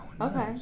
Okay